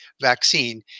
vaccine